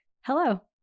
hello